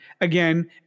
again